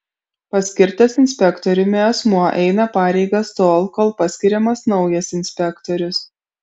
paskirtas inspektoriumi asmuo eina pareigas tol kol paskiriamas naujas inspektorius